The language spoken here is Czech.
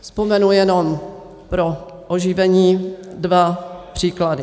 Vzpomenu jenom pro oživení dva příklady.